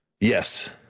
Yes